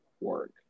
work